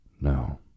No